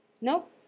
Nope